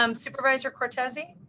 um supervisor cortese?